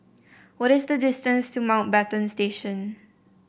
what is the distance to Mountbatten Station